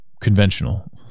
conventional